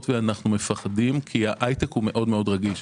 ואנחנו פוחדים כי ההייטק הוא מאוד רגיש.